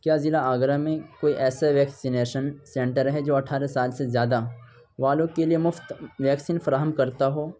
کیا ضلع آگرہ میں کوئی ایسا ویکسینیشن سینٹر ہے جو اٹھارہ سال سے زیادہ والوں کے لیے مفت ویکسین فراہم کرتا ہو